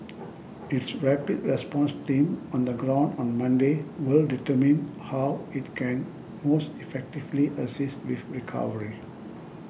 its rapid response team on the ground on Monday will determine how it can most effectively assist with recovery